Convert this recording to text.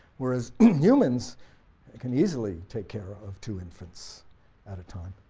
whereas, humans can easily take care of two infants at a time.